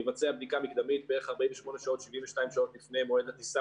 יבצע בדיקה מקדמית בערך 48 שעות או 72 שעות לפני מועד הטיסה,